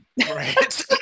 Right